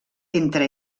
entre